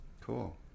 cool